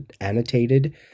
Annotated